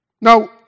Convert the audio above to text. Now